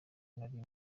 nari